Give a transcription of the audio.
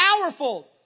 powerful